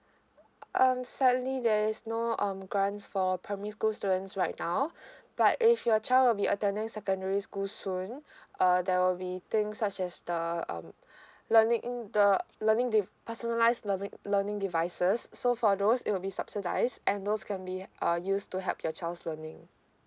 um sadly there is no um grants for primary school students right now but if your child will be attending secondary school soon uh there will be things such as the um learning the learning dev~ personalize learning learning devices so for those it will be subsidize and those can be uh use to help your child's learning